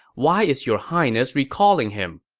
why is your highness recalling him?